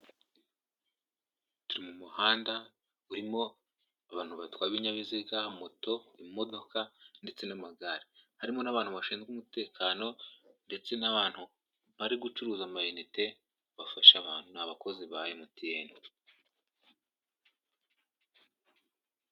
Turi mu muhanda urimo abantu batwara ibinyabiziga moto, imodoka ndetse n'amagare harimo n'abantu bashinzwe umutekano ndetse n'abantu bari gucuruza amayinite bafasha abantu abakozi ba mtn.